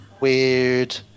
weird